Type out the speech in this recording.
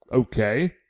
Okay